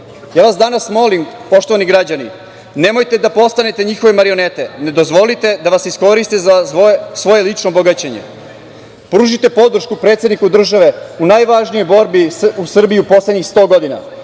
ja vas molim, poštovani građani, nemojte da postanete njihove marionete, ne dozvolite da vas iskoriste za svoje lično bogaćenje. Pružite podršku predsedniku države u najvažnijoj borbi u Srbiji u poslednjih 100 godina.